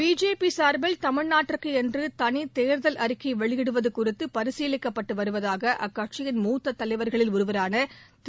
BJP சார்பில் தமிழ்நாட்டிற்கு என்று தனித்தேர்தல் அறிக்கக வெளியிடுவது குறித்து பரிசீலிக்கப்பட்டு வருவதாக அக்கட்சியின் மூத்த தலைவர்களில் ஒருவரான திரு